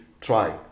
try